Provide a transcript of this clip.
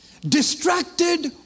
Distracted